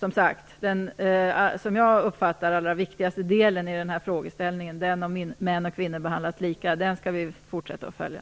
Den som jag uppfattar som den allra viktigaste delen i den här frågeställningen, om män och kvinnor behandlas lika, skall vi fortsätta att följa.